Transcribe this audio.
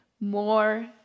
more